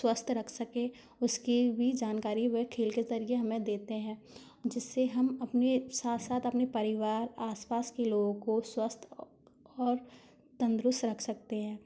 स्वस्थ रख सकें उसकी भी जानकारी वह खेल के ज़रिए हमें देते हैं जिससे हम अपने साथ साथ अपने परिवार आसपास के लोगों को स्वस्थ और तंदुरुस्त रख सकते हैं